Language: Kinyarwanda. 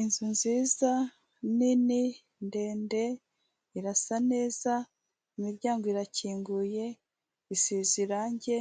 Inzu nziza nini ndende irasa neza, imiryango irakinguye, isize irangi,